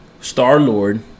Star-Lord